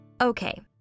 Okay